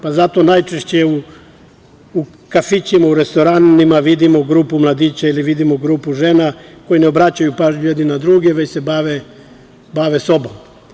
Zato najčešće u kafićima, u restoranima vidimo grupu mladića ili vidimo grupu žena koji ne obraćaju pažnju jedni na druge, već se bave sobom.